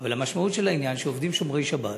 אבל המשמעות של העניין היא שעובדים שומרי שבת